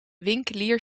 winkelier